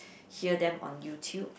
hear them on YouTube